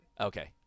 Okay